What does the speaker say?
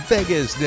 Vegas